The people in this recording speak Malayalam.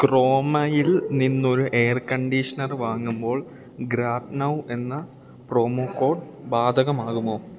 ക്രോമയിൽ നിന്നൊരു എയർ കണ്ടീഷ്ണർ വാങ്ങുമ്പോൾ ഗ്രബ്നൗ എന്ന പ്രോമോക്കോഡ് ബാധകമാകുമോ